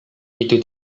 itu